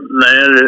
man